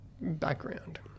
background